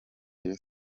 rayon